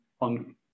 on